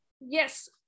yes